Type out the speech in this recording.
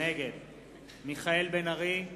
נגד מיכאל בן-ארי,